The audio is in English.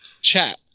chat